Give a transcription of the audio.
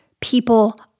people